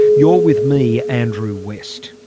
you're with me, andrew west